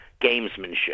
gamesmanship